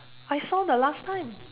I saw the last time